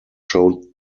showed